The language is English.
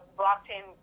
blockchain